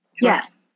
Yes